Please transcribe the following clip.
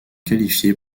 qualifiés